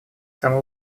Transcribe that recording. самом